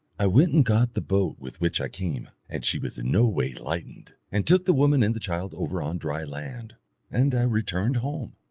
i went and got the boat with which i came, and she was no way lightened, and took the woman and the child over on dry land and i returned home.